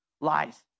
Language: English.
lies